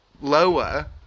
lower